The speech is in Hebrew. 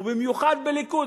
ובמיוחד בליכוד,